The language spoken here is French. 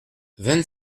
vingt